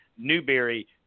Newberry